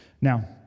Now